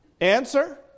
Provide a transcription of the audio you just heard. Answer